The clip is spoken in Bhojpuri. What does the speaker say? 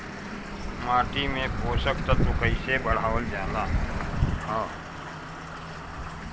माटी में पोषक तत्व कईसे बढ़ावल जाला ह?